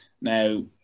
Now